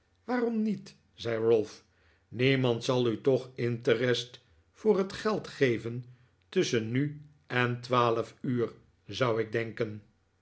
waarom niet zei ralph niemand zal u toch interest voor het geld geven tusschen nu en twaalf uur zou ik denken